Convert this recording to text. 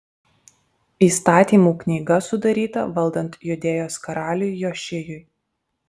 įstatymų knyga sudaryta valdant judėjos karaliui jošijui